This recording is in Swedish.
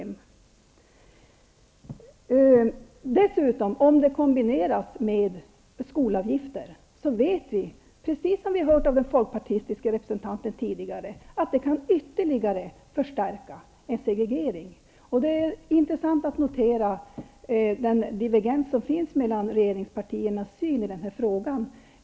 Om skolpengen dessutom kombineras med skolavgifter kan det, precis som vi har hört av den folkpartistiske representanten, ytterligare förstärka en segregering. Det är intressant att notera den divergens som finns mellan regeringspartiernas syn i frågan.